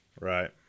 Right